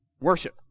worship